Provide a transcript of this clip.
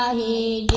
the